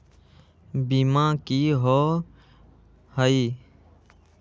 बीमा की होअ हई?